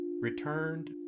returned